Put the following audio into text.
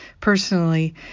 personally